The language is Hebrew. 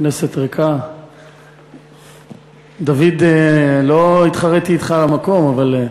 כנסת ריקה, דוד, לא התחריתי אתך על המקום, אבל,